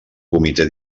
comité